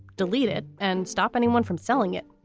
delete it and stop anyone from selling it.